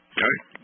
Okay